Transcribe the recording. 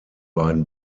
beiden